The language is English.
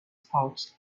pouch